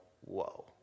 whoa